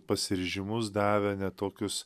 pasiryžimus davė ne tokius